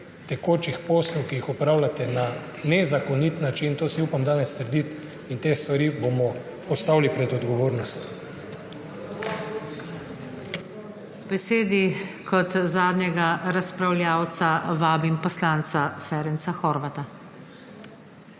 tekočih poslih, ki jih opravljate na nezakonit način, to si upam danes trditi in te stvari bomo postavili pred odgovornost. PODPREDSEDNICA NATAŠA SUKIČ: K besedi kot zadnjega razpravljavca vabim poslanca Ferenca Horvátha.